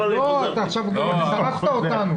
עכשיו שרפת אותנו.